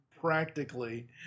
practically